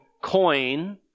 coin